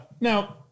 Now